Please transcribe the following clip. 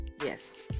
Yes